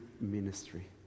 ministry